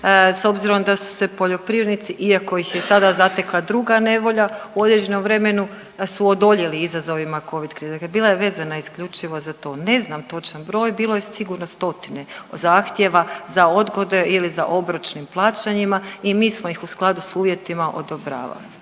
s obzirom da su se poljoprivrednici, iako ih je sada zatekla druga nevolja u određenom vremenu su odoljeli izazovima Covid krize. Dakle bila je vezana isključivo za to. Ne znam točan broj, bilo je sigurno stotine zahtjeva za odgode ili za obročnim plaćanjima i mi smo ih u skladu s uvjetima, odobravali,